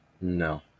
No